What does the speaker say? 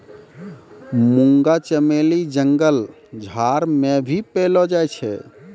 मुंगा चमेली जंगल झाड़ मे भी पैलो जाय छै